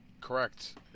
Correct